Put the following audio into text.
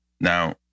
Now